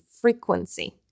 frequency